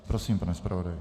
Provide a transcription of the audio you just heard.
Prosím, pane zpravodaji.